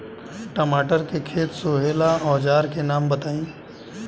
टमाटर के खेत सोहेला औजर के नाम बताई?